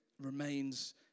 remains